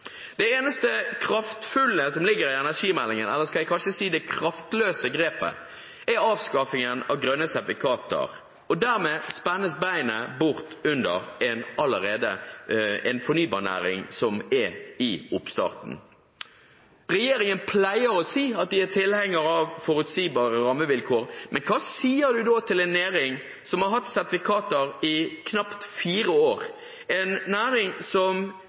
Det eneste kraftfulle grepet som ligger i energimeldingen – eller skal jeg kanskje si det kraftløse grepet – er avskaffingen av grønne sertifikater. Dermed spennes beina bort under en fornybarnæring som er i oppstarten. Regjeringen pleier å si at de er tilhengere av forutsigbare rammevilkår, men hva sier man da til en næring som har hatt sertifikater i knapt fire år,